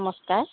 নমস্কাৰ